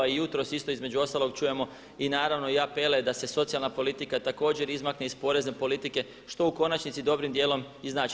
I jutros isto između ostalog čujemo, i naravno i apele da se socijalna politika također izmakne iz porezne politike što u konačnici dobrim dijelom i znači.